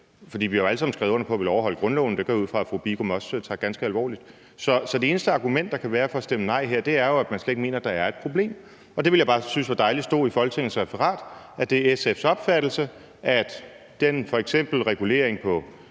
for vi har jo alle sammen skrevet under på at ville overholde grundloven – det går jeg ud fra at fru Marianne Bigum også tager ganske alvorligt. Så det eneste argument, der kan være, for at stemme nej her, er jo, at man slet ikke mener, at der er et problem, og jeg ville bare synes, det var dejligt, at det stod i Folketingets referat, at det er SF's opfattelse, at f.eks. den regulering på